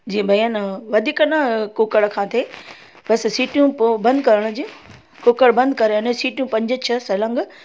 जीअं भई आहे न वधीक न कुकड़ खां थिए बसि सिटियूं पोइ बंदि करण जी कुकड़ बंदि करे अने सिटियूं पंज छह सलंग